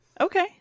Okay